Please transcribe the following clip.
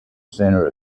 center